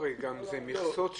זה מכסות שנתיות.